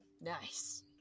nice